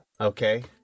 Okay